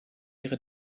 ihre